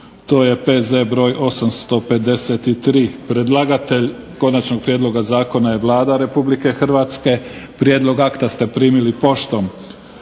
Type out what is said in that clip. čitanje, P.Z. br. 853. Predlagatelj konačnog prijedloga zakona je Vlada Republike Hrvatske. Prijedlog akta ste primili poštom.